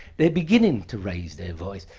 they're beginning to raise their voice.